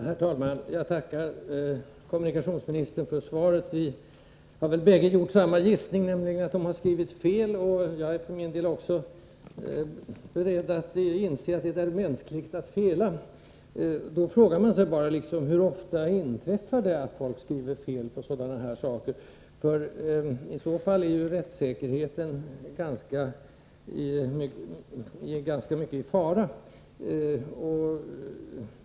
Herr talman! Jag tackar kommunikationsministern för det beskedet. Vi har bägge gjort samma gissning, nämligen att en felskrivning har skett. Jag är för min del också beredd att inse att det är mänskligt att fela. Jag frågar mig då bara hur ofta sådana felskrivningar inträffar i dessa sammanhang. När så sker är ju rättssäkerheten i fara.